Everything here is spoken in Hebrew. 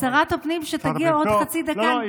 שרת הפנים, שתגיע עוד חצי דקה, לא, לא.